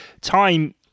time